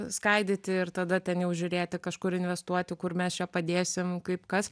skaidyti ir tada ten jau žiūrėti kažkur investuoti kur mes čia padėsime kaip kas